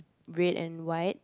red and white